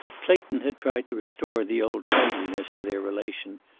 clayton had tried to restore the old friendliness of their relation,